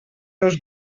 dos